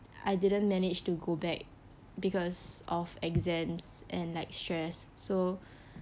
I didn't manage to go back because of exams and like stress so